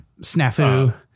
Snafu